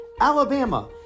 Alabama